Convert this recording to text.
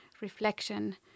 reflection